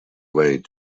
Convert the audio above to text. wade